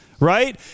Right